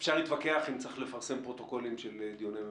אפשר להתווכח אם צריך לפרסם פרוטוקולים של דיוני ממשלה.